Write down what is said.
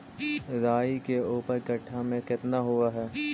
राई के ऊपर कट्ठा में कितना हुआ है?